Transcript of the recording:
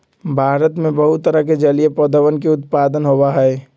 भारत में बहुत तरह के जलीय पौधवन के उत्पादन होबा हई